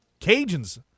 Cajuns